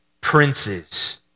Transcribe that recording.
princes